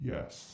Yes